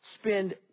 spend